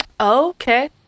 Okay